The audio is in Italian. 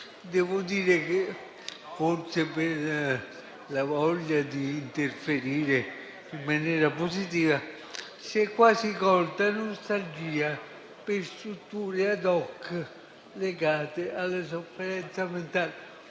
devo dire che, forse per la voglia di interferire in maniera positiva, si è quasi colta una nostalgia per strutture *ad hoc* legate alla sofferenza mentale.